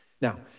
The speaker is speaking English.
Now